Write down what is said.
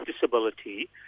disability